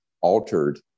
altered